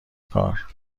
کار